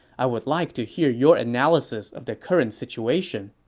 i would like to hear your analysis of the current situation.